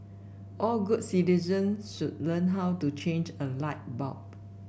all good citizens should learn how to change a light bulb